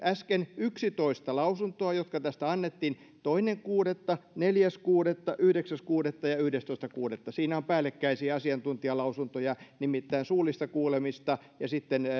äsken läpi yksitoista lausuntoa jotka tästä annettiin toinen kuudetta neljäs kuudetta yhdeksäs kuudetta ja yhdestoista kuudetta siinä on päällekkäisiä asiantuntijalausuntoja nimittäin suullista kuulemista ja sitten